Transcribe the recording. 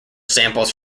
samples